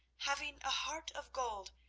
having a heart of gold,